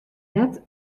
net